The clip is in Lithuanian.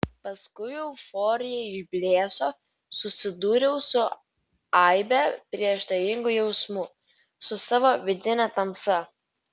paskui euforija išblėso susidūriau su aibe prieštaringų jausmų su savo vidine tamsa